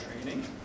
training